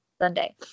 Sunday